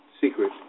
secret